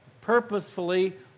purposefully